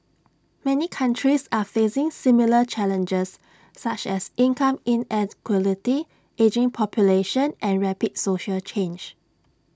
many countries are facing similar challenges such as income ageing population and rapid social change